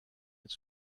its